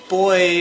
boy